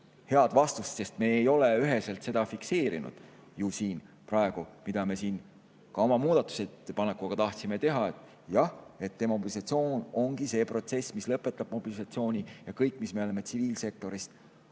head vastust, sest me ei ole seda üheselt fikseerinud siin praegu, mida me ka oma muudatusettepanekuga tahtsime teha. Et jah, demobilisatsioon ongi see protsess, mis lõpetab mobilisatsiooni, ja kõik, mis me oleme tsiviilsektorist